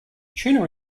tuna